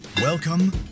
Welcome